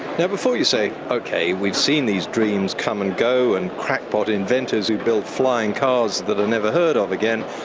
now, before you say, okay, we've seen these dreams come and go and crackpot inventors who build flying cars that are never heard of again,